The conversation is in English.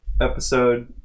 episode